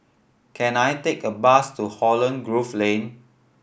can I take a bus to Holland Grove Lane